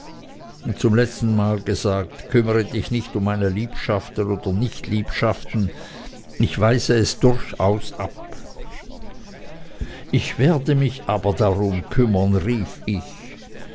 zum letzten mal gesagt kümmere dich nicht um meine liebschaften oder nichtliebschaften ich weise es durchaus ab ich werde mich aber darum kümmern rief ich